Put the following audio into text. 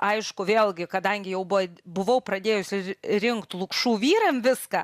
aišku vėlgi kadangi jau buvo buvau pradėjusi rinkt lukšų vyram viską